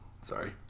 Sorry